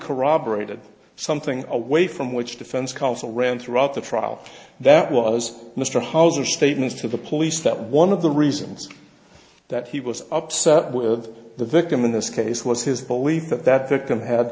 corroborated something away from which defense counsel ran throughout the trial that was mr hauser statements to the police that one of the reasons that he was upset with the victim in this case was his belief that that t